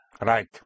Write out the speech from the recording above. Right